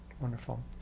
Wonderful